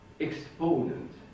exponent